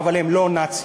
אבל הם לא נאצים.